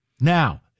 Now